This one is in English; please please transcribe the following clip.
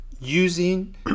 using